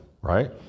right